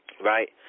Right